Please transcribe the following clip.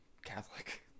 catholic